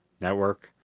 Network